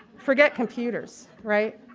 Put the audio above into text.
forget computers. right?